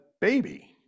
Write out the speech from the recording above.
baby